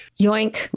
Yoink